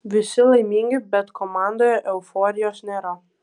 visi laimingi bet komandoje euforijos nėra